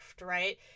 right